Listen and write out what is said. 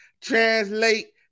translate